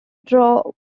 draw